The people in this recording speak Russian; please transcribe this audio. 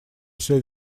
все